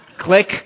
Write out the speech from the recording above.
Click